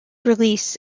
release